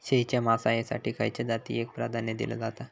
शेळीच्या मांसाएसाठी खयच्या जातीएक प्राधान्य दिला जाता?